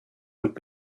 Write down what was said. would